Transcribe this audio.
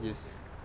yes